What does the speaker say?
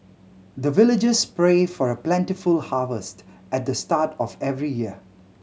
the villagers pray for plentiful harvest at the start of every year